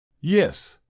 Yes